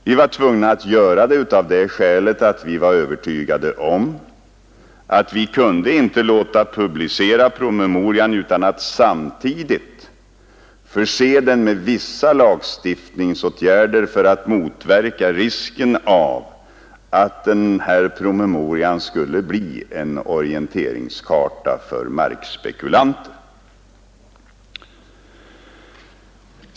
Vi var tvungna att göra det av det skälet att vi var övertygade om att vi inte kunde låta publicera promemorian utan att samtidigt förse den med vissa lagstiftningsåtgärder för att motverka risken av att riksplaneskissen skulle bli en orienteringskarta för markspekulanter.